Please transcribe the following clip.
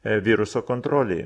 viruso kontrolei